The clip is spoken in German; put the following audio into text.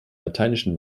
lateinischen